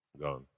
Gone